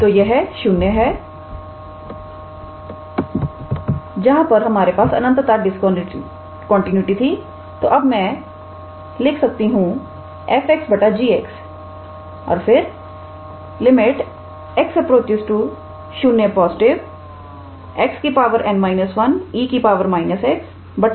तो यह 0 है जहां पर हमारे पास अनंतता डिस्कंटीन्यूटी थी तो मैं अब लिख सकती हूं 𝑓𝑥 𝑔𝑥 और यह फिर x0 𝑥 𝑛−1𝑒 −𝑥 1 𝑥1−𝑛 होगा